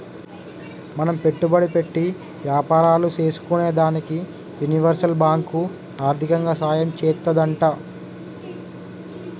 మనం పెట్టుబడి పెట్టి యాపారాలు సేసుకునేదానికి యూనివర్సల్ బాంకు ఆర్దికంగా సాయం చేత్తాదంట